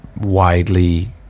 widely